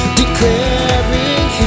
declaring